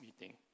meeting